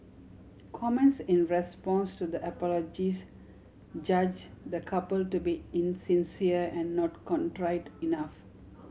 comments in response to the apologies judge the couple to be insincere and not contrite enough